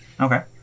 Okay